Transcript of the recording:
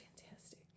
fantastic